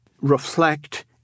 reflect